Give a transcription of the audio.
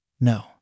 No